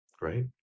right